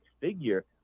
figure